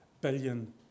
billion